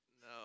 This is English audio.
No